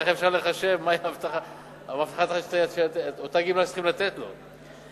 איך אפשר לחשב את אותה גמלה שצריכים לתת לו?